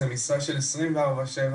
זו משרה של עשרים וארבע-שבע,